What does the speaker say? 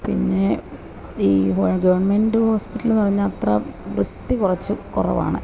പിന്നെ ഈ ഗവൺമെൻ്റ് ഹോസ്പിറ്റലെന്ന് പറഞ്ഞാല് അത്ര വൃത്തി കുറച്ച് കുറവാണ്